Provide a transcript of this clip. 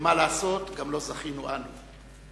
ומה לעשות, גם לא זכינו אנו.